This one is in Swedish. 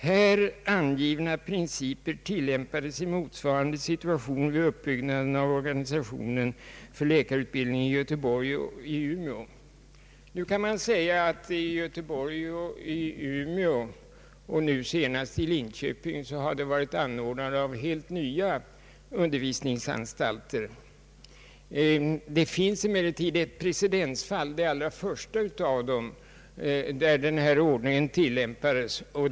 Här angivna principer tillämpades i motsvarande situation vid uppbyggnaden av organisationen för läkarutbildning i Göteborg och Umeå.» Nu kan man säga att i Göteborg och Umeå och senast i Linköping har det varit fråga om inrättande av helt nya undervisningsanstalter. Det finns emellertid ett precedensfall, det allra första fall där denna ordning tillämpades.